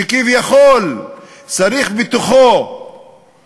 שכביכול צריך כבר בתוכו